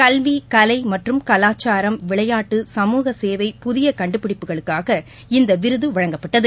கல்வி கலை மற்றும் கலாச்சாரம் விளையாட்டு சமூக சேவை புதிய கண்டுபிடிப்புகளுக்காக இந்த விருது வழங்கப்பட்டது